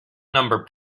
number